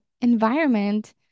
environment